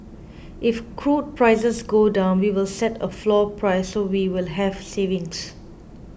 if crude prices go down we will set a floor price so we will have savings